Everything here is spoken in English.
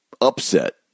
upset